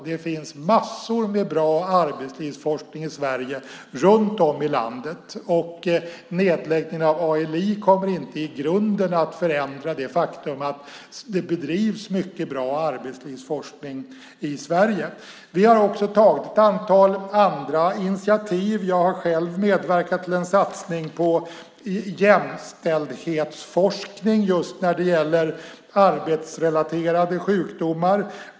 Det finns massor med bra arbetslivsforskning i Sverige, runt om i landet. Nedläggningen av ALI kommer inte i grunden att förändra det faktum att det bedrivs mycket bra arbetslivsforskning i Sverige. Vi har också tagit ett antal andra initiativ. Jag har själv medverkat till en satsning på jämställdhetsforskning när det gäller just arbetsrelaterade sjukdomar.